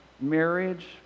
marriage